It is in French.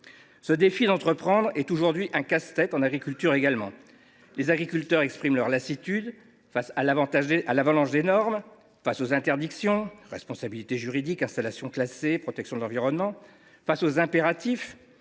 Ce défi d’entreprendre est aujourd’hui un casse tête, en agriculture également. Les agriculteurs expriment leur lassitude face à l’avalanche de normes, aux interdictions – responsabilité juridique, installations classées pour la protection de l’environnement (ICPE) –, aux impératifs,